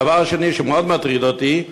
הדבר השני שמאוד מטריד אותי,